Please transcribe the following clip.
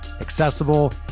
accessible